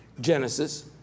Genesis